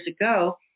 ago